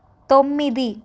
తొమ్మిది